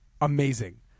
amazing